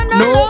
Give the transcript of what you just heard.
no